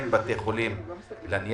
עם בתי החולים לניאדו,